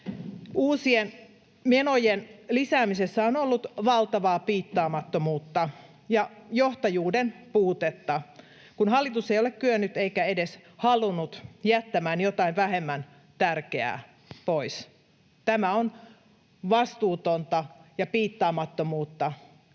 uusien menojen lisäämisessä on ollut valtavaa piittaamattomuutta ja johtajuuden puutetta, kun hallitus ei ole kyennyt eikä edes halunnut jättää jotain vähemmän tärkeää pois. Tämä on vastuutonta ja piittaamattomuutta.